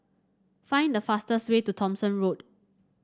find the fastest way to Thomson Road